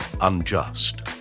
unjust